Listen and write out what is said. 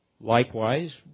likewise